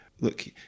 look